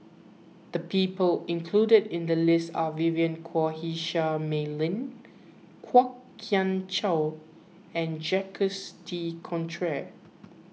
the people included in the list are Vivien Quahe Seah Mei Lin Kwok Kian Chow and Jacques De Coutre